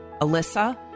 Alyssa